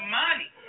money